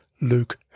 Luke